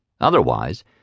Otherwise